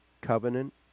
covenant